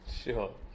Sure